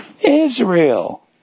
Israel